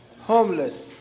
Homeless